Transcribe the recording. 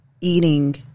eating